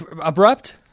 Abrupt